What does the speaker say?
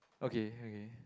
okay okay